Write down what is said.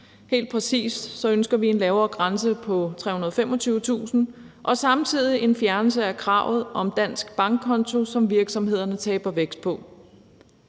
Helt præcist ønsker vi en grænse på 325.000 kr. og samtidig en fjernelse af kravet om en dansk bankkonto, et krav, som virksomhederne taber vækst på.